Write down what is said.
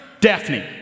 Daphne